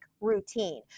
routine